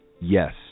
Yes